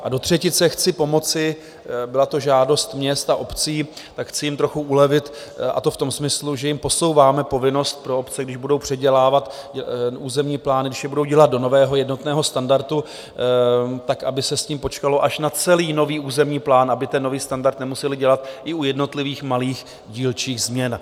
A do třetice chci pomoci byla to žádost měst a obcí, tak chci jim trochu ulevit, a to v tom smyslu, že jim posouváme povinnost pro obce, když budou předělávat územní plány, když je budou dělat do nového jednotného standardu, tak aby se s tím počkalo až na celý nový územní plán, aby nový standard nemusely dělat i u jednotlivých malých dílčích změn.